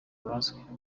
bazwi